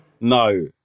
No